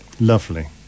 Lovely